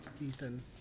Ethan